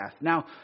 Now